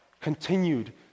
continued